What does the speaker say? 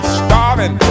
starving